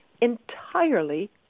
entirely